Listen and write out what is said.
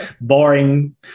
Boring